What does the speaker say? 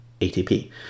ATP